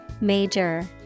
Major